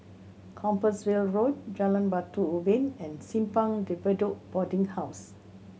Compassvale Road Jalan Batu Ubin and Simpang De Bedok Boarding House